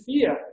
fear